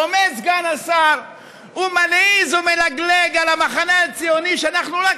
עומד סגן השר ומלעיז ומלגלג על המחנה הציוני שאנחנו רק